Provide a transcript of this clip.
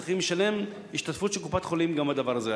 וצריכה להיות השתתפות של קופת-חולים גם בדבר הזה.